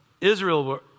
Israel